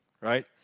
right